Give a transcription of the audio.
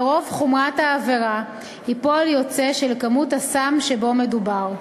לרוב חומרת העבירה היא פועל יוצא של כמות הסם שמדובר בו.